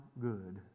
good